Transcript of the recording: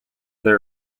there